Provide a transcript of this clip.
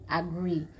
agree